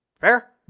Fair